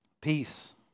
Peace